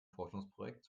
forschungsprojekt